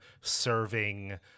serving